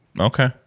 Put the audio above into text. Okay